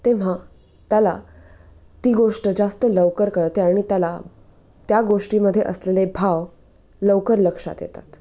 तेव्हा त्याला ती गोष्ट जास्त लवकर कळते आणि त्याला त्या गोष्टीमध्ये असलेले भाव लवकर लक्षात येतात